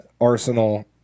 Arsenal